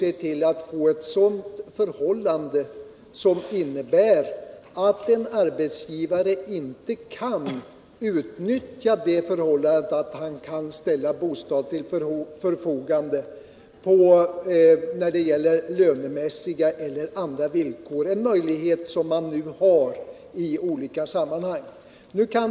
En arbetsgivare bör inte kunna utnyttja det förhållandet att han kan ställa bostad till förfogande. Han har nu möjlighet att i olika sammanhang ställa sämre lönemässiga eller andra villkor.